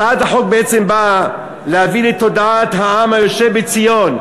הצעת החוק בעצם באה להביא לתודעת העם היושב בציון,